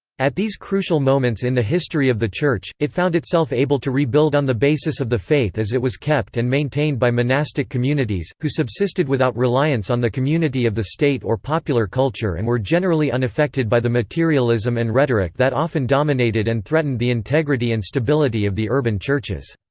at these crucial moments in the history of the church, it found itself able to rebuild on the basis of the faith as it was kept and maintained by monastic communities, who subsisted without reliance on the community of the state or popular culture and were generally unaffected by the materialism and rhetoric that often dominated and threatened the integrity and stability of the urban churches.